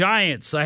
Giants